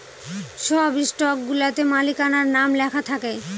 সব স্টকগুলাতে মালিকানার নাম লেখা থাকে